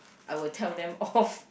I will tell them off